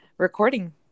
recording